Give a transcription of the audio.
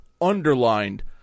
underlined